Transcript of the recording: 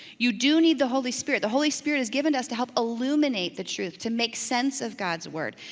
you do need the holy spirit. the holy spirit is given to us to help illuminate the truth, to make sense of god's word.